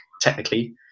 technically